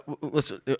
listen